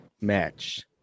match